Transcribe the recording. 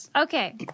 Okay